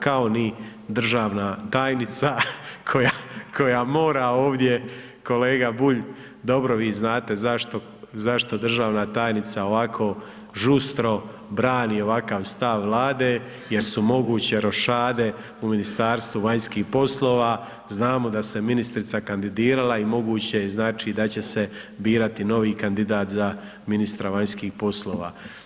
Kao ni državna tajnica, koja mora ovdje, kolega Bulj dobro vi znate zašto, zašto državna tajnica ovako žustro brani ovakav stav vlade jer su moguće rošade u Ministarstvu vanjskih poslova, znamo da se ministrica kandidirala i moguće je znači da će se birati novi kandidat za ministra vanjskih poslova.